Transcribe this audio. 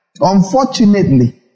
Unfortunately